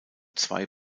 zwei